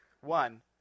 one